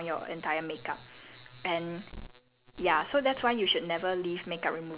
which err they attract oil and water so they help to break down your entire makeup